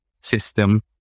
system